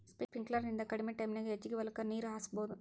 sprinkler ನಿಂದ ಕಡಮಿ ಟೈಮನ್ಯಾಗ ಹೆಚಗಿ ಹೊಲಕ್ಕ ನೇರ ಹಾಸಬಹುದು